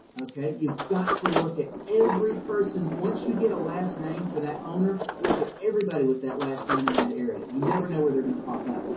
ok. you've got to look at every person. once you get a last name for that owner, look at everybody with that last name in that area. you never know where they're going to pop up.